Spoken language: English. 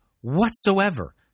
whatsoever